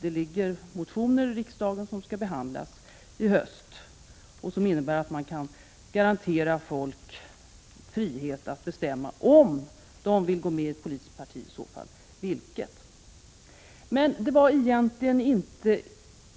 Det ligger motioner på riksdagens bord som skall behandlas till hösten och som innehåller krav på att man skall kunna garantera folk frihet att bestämma om de vill gå med i ett politiskt parti och i så fall vilket. Men det var egentligen inte